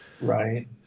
right